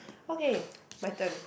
okay my turn